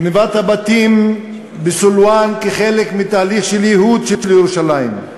גנבת הבתים בסילואן כחלק מתהליך של ייהוד ירושלים,